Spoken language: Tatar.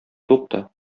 тукта